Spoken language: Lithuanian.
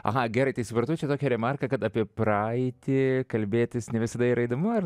aha gerai tai suprantu čia tokia remarka kad apie praeitį kalbėtis ne visada yra įdomu ar